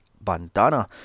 bandana